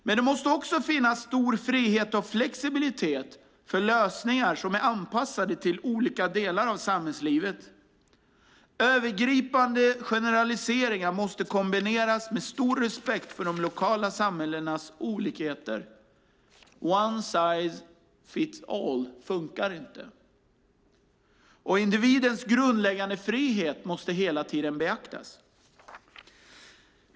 Men det måste också finnas stor frihet och flexibilitet för lösningar som är anpassade till olika delar av samhällslivet. Övergripande generaliseringar måste kombineras med stor respekt för de lokala samhällenas olikheter. One size fits all funkar inte. Individens grundläggande frihet måste hela tiden beaktas.